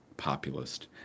Populist